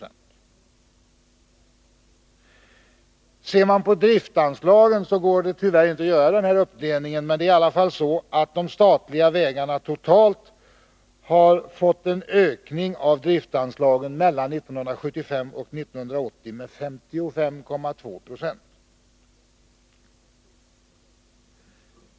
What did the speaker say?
I fråga om driftsanslagen går det tyvärr inte att göra den här uppdelningen, men det är i alla fall så att de statliga vägarna totalt fått en ökning av driftsanslagen mellan 1975 och 1980 med 55,2 26.